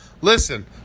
listen